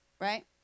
right